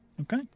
Okay